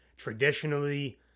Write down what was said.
traditionally